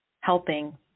helping